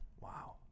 wow